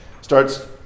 Starts